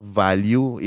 value